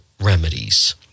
remedies